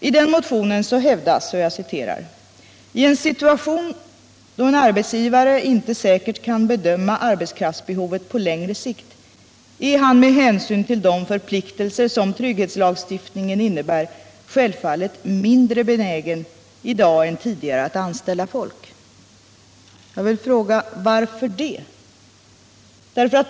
I den motionen hävdas: ”I en situation då en arbetsgivare inte säkert kan bedöma arbetskraftsbehovet på längre sikt, är han med hänsyn till de förpliktelser som trygghetslagstiftningen innebär självfallet mindre benägen i dag än tidigare att anställa folk.” Jag vill fråga: Varför det?